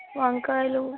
వంకాయలు